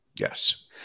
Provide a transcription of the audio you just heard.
Yes